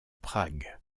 prague